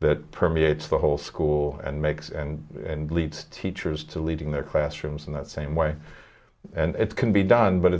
that permeates the whole school and makes and and leads teachers to leading their classrooms in that same way and it can be done but